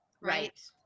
Right